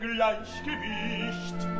Gleichgewicht